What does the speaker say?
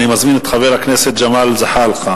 אני מזמין את חבר הכנסת ג'מאל זחאלקה,